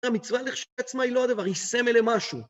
המצווה לכעצמה היא לא הדבר, היא סמל למשהו.